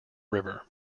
river